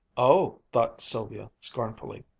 oh! thought sylvia scornfully,